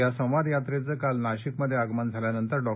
या संवाद यात्रेचं काल नाशिकमध्ये आगमन झाल्यानंतर डॉ